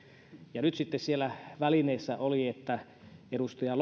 ja nyt sitten siellä välineessä oli edustaja